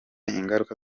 ingaruka